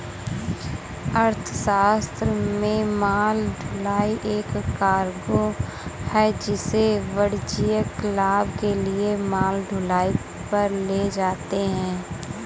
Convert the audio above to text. अर्थशास्त्र में माल ढुलाई एक कार्गो है जिसे वाणिज्यिक लाभ के लिए माल ढुलाई पर ले जाते है